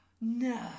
No